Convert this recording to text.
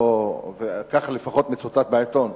כך לפחות מצוטט בעיתון.